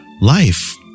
life